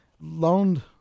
loaned